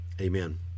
amen